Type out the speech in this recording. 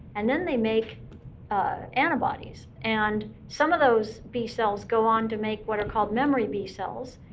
and then they make antibodies. and some of those b cells go on to make what are called memory b cells,